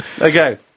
okay